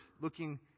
looking